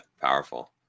Powerful